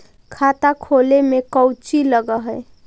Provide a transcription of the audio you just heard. खाता खोले में कौचि लग है?